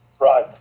Right